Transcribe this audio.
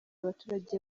abaturage